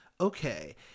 okay